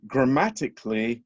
Grammatically